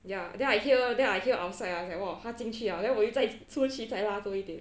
ya then I hear then I hear outside ah !wah! 他进去了 then 我又在进去拉多一点